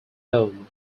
loan